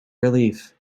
relief